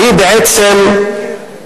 והיא בעצם,